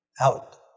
out